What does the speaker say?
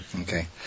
Okay